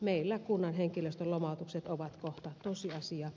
meillä kunnan henkilöstön lomautukset ovat kohta tosiasia